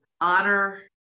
honor